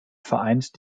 vereint